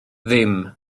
ddim